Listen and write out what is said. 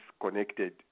connected